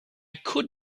could